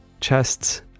chests